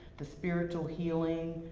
the spiritual healing,